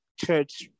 church